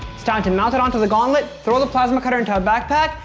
it's time to mount it onto the gauntlet, throw the plasma cutter into a backpack,